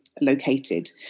located